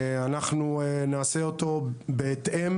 אנחנו נעשה אותו בהתאם